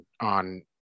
on